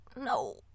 No